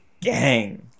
gang